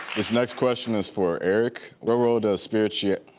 this next question is for eric. what role does spirit. yeah